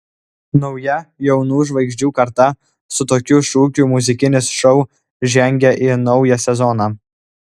nauja jaunų žvaigždžių karta su tokiu šūkiu muzikinis šou žengia į naują sezoną